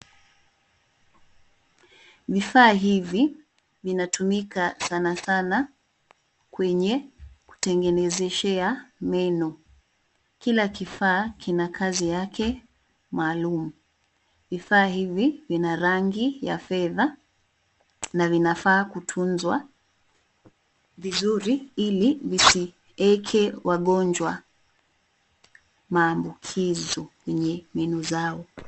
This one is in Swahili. Vifaa hivi vinatumika sanasana kwenye kutengenezeshea meno, kila kifaa kina kazi yake maalum. Vifaa hivi vina rangi ya fedha na vinafaa kutunzwa vizuri ili visieke wagonjwa maambukizo kwenye meno zao.